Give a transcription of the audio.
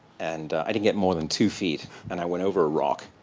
and i didn't get more than two feet and i went over rock.